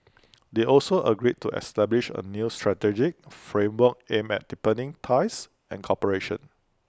they also agreed to establish A new strategic framework aimed at deepening ties and cooperation